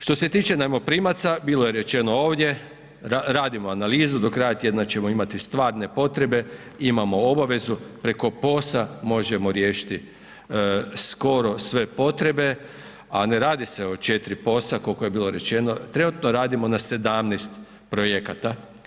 Što se tiče najmoprimaca, bilo je rečeno ovdje, radimo analizu, do kraja tjedna ćemo imati stvarne potrebe, imamo obavezu, preko POS-a možemo riješiti skoro sve potrebe, a ne radi se o 4 POS-a koliko je bilo rečeno, trenutno radimo na 17 projekata.